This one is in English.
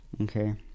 Okay